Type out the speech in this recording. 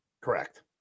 Correct